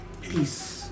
Peace